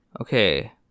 Okay